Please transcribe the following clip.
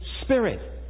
spirit